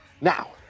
now